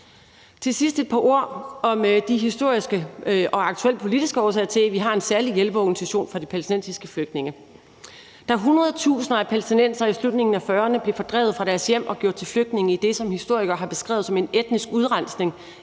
Til sidst er der et par ord om de historiske og aktuelle politiske årsager til, at vi har en særlig hjælpeorganisation for de palæstinensiske flygtninge. Da hundredetusinder af palæstinensere i slutningen af 1940'erne blev fordrevet fra deres hjem og gjort til flygtninge i det, som historikere har beskrevet som en etnisk udrensning,